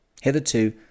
Hitherto